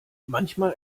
manchmal